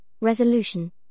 resolution